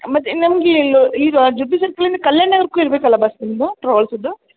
ಮತ್ತು ನಮಗೆ ಈಗ ಜುಬ್ಲಿ ಸರ್ಕಲಿಂದ ಕಲ್ಯಾಣ ನಗರಕ್ಕು ಇರಬೇಕಲ್ಲ ಬಸ್ ನಿಮ್ಮದು ಟ್ರಾವೆಲ್ಸದ್ದು